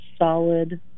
solid